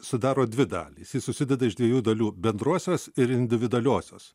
sudaro dvi dalys ji susideda iš dviejų dalių bendruosios ir individualiuosios